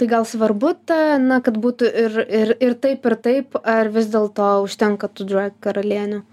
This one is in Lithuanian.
tai gal svarbu ta na kad būtų ir ir ir taip ir taip ar vis dėlto užtenka tų drag karalienių